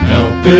Help